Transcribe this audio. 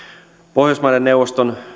pohjoismaiden neuvoston